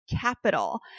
capital